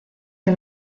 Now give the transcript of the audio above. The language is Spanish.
que